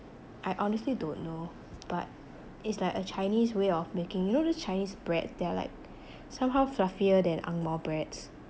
I honestly don't know but it's like a chinese way of making you know those chinese bread that are like somehow fluffier than angmor breads